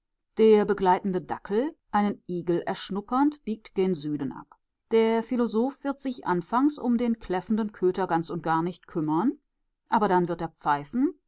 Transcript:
der begleitende dackel einen igel erschnuppernd biegt gen süden ab der philosoph wird sich anfangs um den kläffenden köter ganz und gar nicht kümmern aber dann wird er